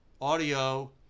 audio